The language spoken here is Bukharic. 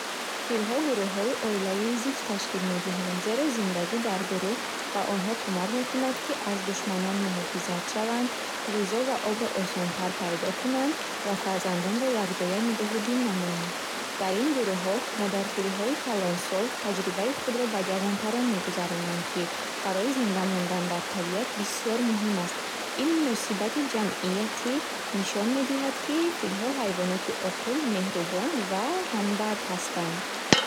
Филҳо гурӯҳҳои оилавии зич ташкил медиҳанд, зеро зиндагӣ дар гурӯҳ ба онҳо кумак мекунад, ки аз душманон муҳофизат шаванд, ғизо ва обро осонтар пайдо кунанд ва фарзандонро якчоя нигоҳубин намоянд. Дар ин гуруҳҳо модарфилҳои калонсол таҷрибаи худро ба ҷавонтарон мегузаронанд, ки барои зинда мондан дар табиат бисёр муҳим аст. Ин муносибати ҷамъиятӣ нишон медиҳад, ки филҳо ҳайвоноти оқил, меҳрубон ва ҳамдард ҳастанд.